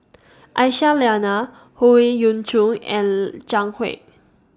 Aisyah Lyana Howe Yoon Chong and Zhang Hui